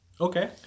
Okay